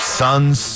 sons